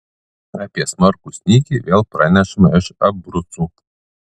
apie smarkų snygį vėl pranešama iš abrucų